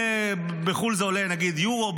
בחו"ל זה עולה אירו,